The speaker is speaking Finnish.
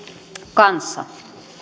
kanssa